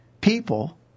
people